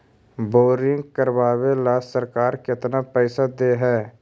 Boring करबाबे ल सरकार केतना पैसा दे है?